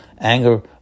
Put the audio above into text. anger